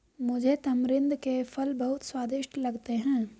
मुझे तमरिंद के फल बहुत स्वादिष्ट लगते हैं